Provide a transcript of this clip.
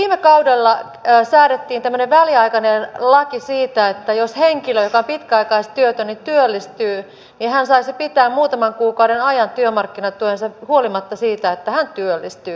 viime kaudella säädettiin väliaikainen laki siitä että jos henkilö joka on pitkäaikaistyötön työllistyy niin hän saisi pitää muutaman kuukauden ajan työmarkkinatukensa huolimatta siitä että hän työllistyy